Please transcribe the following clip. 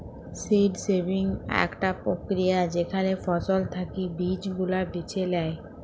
seed saving আকটা প্রক্রিয়া যেখালে ফসল থাকি বীজ গুলা বেছে লেয়